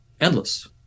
endless